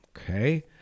Okay